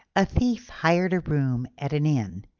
a thief hired a room at an inn,